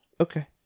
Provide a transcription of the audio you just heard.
okay